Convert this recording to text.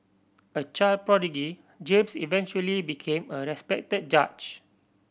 a child prodigy James eventually became a respected judge